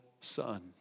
son